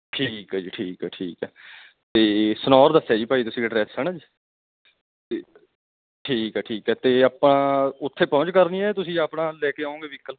ਠੀਕ ਹੈ ਜੀ ਠੀਕ ਹੈ ਠੀਕ ਹੈ ਅਤੇ ਸਨੋਰ ਦੱਸਿਆ ਜੀ ਭਾਅ ਜੀ ਤੁਸੀਂ ਅਡਰੈਸ ਹੈ ਨਾ ਜੀ ਅਤੇ ਠੀਕ ਆ ਠੀਕ ਆ ਅਤੇ ਆਪਾਂ ਉੱਥੇ ਪਹੁੰਚ ਕਰਨੀ ਹੈ ਤੁਸੀਂ ਆਪਣਾ ਲੈ ਕੇ ਆਉਂਗੇ ਵਹੀਕਲ